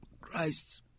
Christ